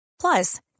Plus